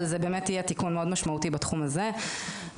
אבל זה יהיה תיקון מאוד משמעותי בתחום הזה ואני